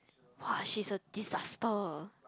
!wah! she's a disaster